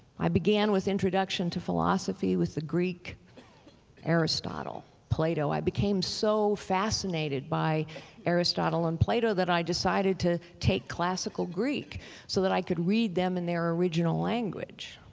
i began with introduction to philosophy with the greek aristotle, plato. i became so fascinated by aristotle and plato that i decided to take classical greek so that i could read them in their original language.